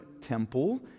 temple